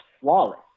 flawless